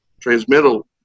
transmittal